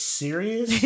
serious